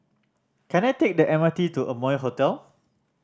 can I take the M R T to Amoy Hotel